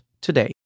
today